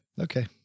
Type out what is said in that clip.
Okay